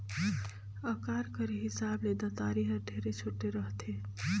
अकार कर हिसाब ले दँतारी हर ढेरे छोटे रहथे